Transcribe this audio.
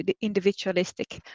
individualistic